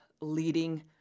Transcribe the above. leading